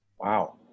Wow